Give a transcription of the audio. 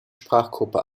sprachgruppe